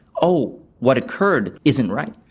oh, what occurred isn't right.